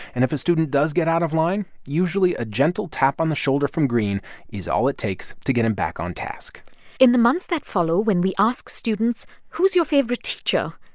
and if a student does get out of line, usually a gentle tap on the shoulder from greene is all it takes to get him back on task in the months that follow, when we ask students who's your favorite teacher?